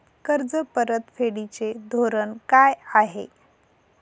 कर्ज परतफेडीचे धोरण काय आहे?